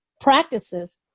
practices